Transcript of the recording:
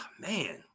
Man